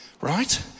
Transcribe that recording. Right